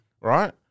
right